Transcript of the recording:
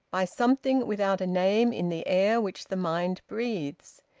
by something without a name in the air which the mind breathes.